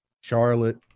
Charlotte